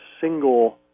single